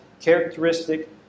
characteristic